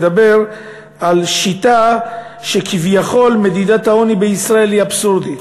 מדבר על כך שכביכול השיטה למדידת העוני בישראל היא אבסורדית.